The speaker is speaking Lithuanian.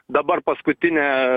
dabar paskutinė